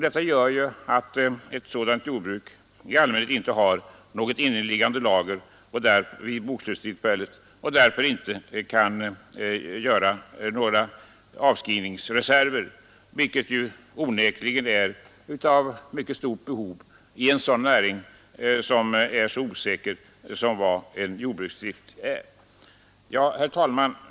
Ett sådant jordbruk har inte något inneliggande lager vid bokslutstillfället. Det blir därför inte några avskrivningsreserver, som det finns stort behov av i en så osäker näring som jordbruket. Herr talman!